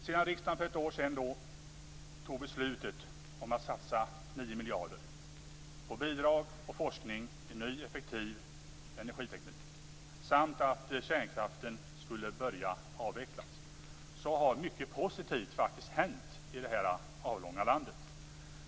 Sedan riksdagen för ett år sedan fattade beslut om att satsa 9 miljarder på bidrag och forskning i ny effektiv energiteknik samt att kärnkraften skulle börja avvecklas har mycket positivt faktiskt hänt i detta avlånga land.